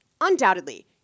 undoubtedly